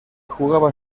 jugaba